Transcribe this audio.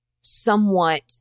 somewhat